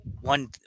one